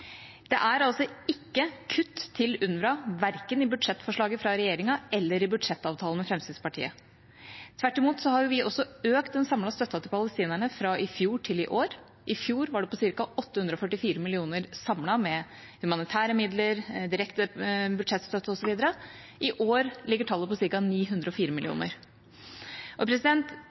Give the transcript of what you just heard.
Det er altså ikke kutt til UNRWA, verken i budsjettforslaget fra regjeringa eller i budsjettavtalen med Fremskrittspartiet. Tvert imot har vi økt den samlede støtten til palestinerne fra i fjor til i år. I fjor var det på ca. 844 mill. kr samlet, med humanitære midler, direkte budsjettstøtte osv., i år ligger tallet på ca. 904 mill. kr. Når representanten Aukrust går ut i sitt innlegg og